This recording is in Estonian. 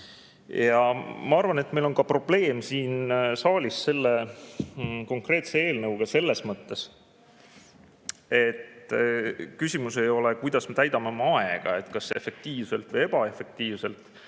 Ma arvan, et meil on probleem siin saalis selle konkreetse eelnõuga selles mõttes, et küsimus ei ole, kuidas me täidame oma aega, kas efektiivselt või ebaefektiivselt,